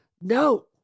no